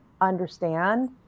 understand